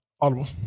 audible